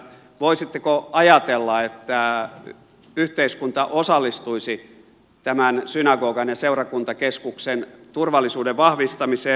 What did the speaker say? voisitteko ajatella että yhteiskunta osallistuisi tämän synagogan ja seurakuntakeskuksen turvallisuuden vahvistamiseen